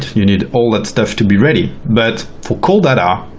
you need all that stuff to be ready, but for cold data,